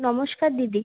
নমস্কার দিদি